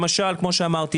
למשל כמו שאמרתי,